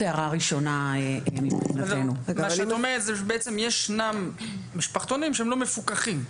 את אומרת שבעצם יש משפחתונים שהם לא מפוקחים.